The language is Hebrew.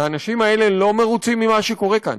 האנשים האלה לא מרוצים ממה שקורה כאן,